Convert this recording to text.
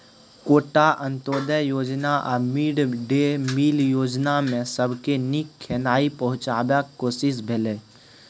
quota, अंत्योदय योजना आ मिड डे मिल योजनामे सबके नीक खेनाइ पहुँचेबाक कोशिश भेलै